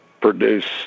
produce